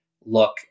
look